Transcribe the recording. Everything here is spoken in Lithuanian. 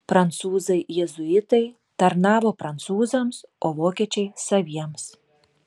prancūzai jėzuitai tarnavo prancūzams o vokiečiai saviems